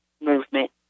Movement